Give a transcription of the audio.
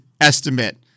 estimate